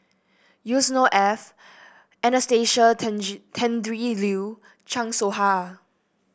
Yusnor Ef Anastasia Tjendri Liew Chan Soh Ha